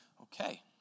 Okay